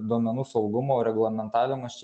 duomenų saugumo reglamentavimas čia